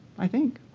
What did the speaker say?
i think.